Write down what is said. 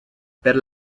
per